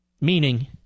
Meaning